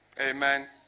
Amen